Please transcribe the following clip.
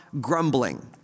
grumbling